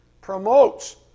promotes